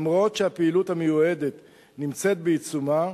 אף שהפעילות המיועדת נמצאת בעיצומה,